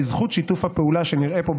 בזכות שיתוף הפעולה שנראה פה,